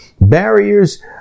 Barriers